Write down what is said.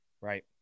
right